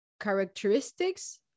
characteristics